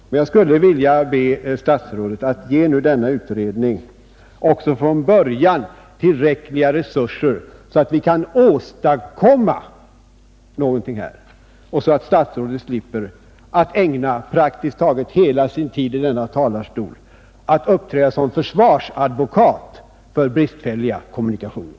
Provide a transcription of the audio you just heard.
Men jag skulle vilja be statsrådet att från början ge denna utredning tillräckliga resurser så att den kan åstadkomma någonting och statsrådet slipper att ägna praktiskt taget hela sin tid i denna talarstol åt att uppträda som försvarsadvokat för bristfälliga kommunikationer.